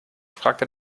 fragte